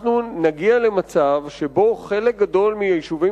אנחנו נגיע למצב שבו חלק גדול מהיישובים